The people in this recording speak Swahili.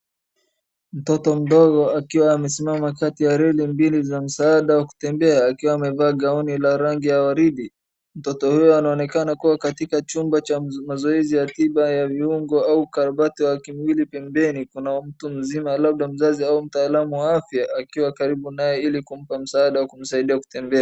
mtoto mdogo akiwa amesimama kati ya reli mbili za msaada wa kutembea akiwa amevaa ngauni la rangi ya waridi. Mtoto huyu anaonekana kuwa katika chumba cha mazoezi ya tiba ya viungo au ukarabati wa kimwili. Pembeni kuna mtu mzima labda mzazi au mtaalam wa afya akiwa karibu naye ili kumpa msaada wa kumsaidia kutembea.